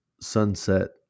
sunset